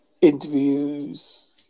interviews